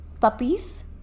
Puppies